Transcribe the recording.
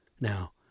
Now